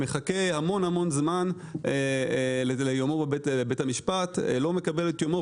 מחכה המון זמן ליומו בבית המשפט, לא מקבל את יומו.